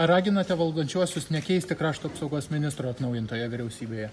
raginote valdančiuosius nekeisti krašto apsaugos ministro atnaujintoje vyriausybėje